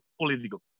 political